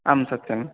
आं सत्यम्